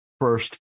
First